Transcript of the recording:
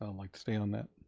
um like stay on that.